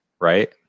right